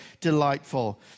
delightful